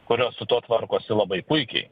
kurios su tuo tvarkosi labai puikiai